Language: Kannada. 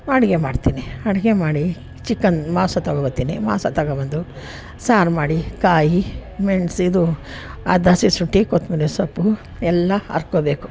ಅಡುಗೆ ಮಾಡ್ತೀನಿ ಅಡುಗೆ ಮಾಡಿ ಚಿಕನ್ ಮಾಂಸ ತೊಗೊಬತ್ತೀನಿ ಮಾಂಸ ತಗೊಬಂದು ಸಾರು ಮಾಡಿ ಕಾಯಿ ಮೆಣ್ಸು ಇದು ಅರ್ಧ ಹಸಿಶುಂಠಿ ಕೊತ್ಮಿರಿ ಸೊಪ್ಪು ಎಲ್ಲ ಅರ್ಕೋಬೇಕು